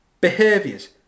behaviours